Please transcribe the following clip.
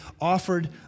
offered